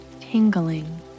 tingling